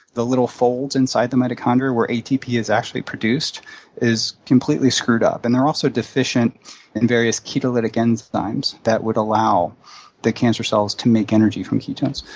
the little folds inside the mitochondria where atp is actually produced is completely screwed up. and they're also deficient in various catalytic enzymes that would the cancer cells to make energy from ketones.